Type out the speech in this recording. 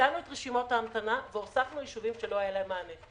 הקטנו את רשימות ההמתנה והוספנו יישובים שלא היה להם מענה.